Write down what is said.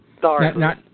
Sorry